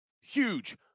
huge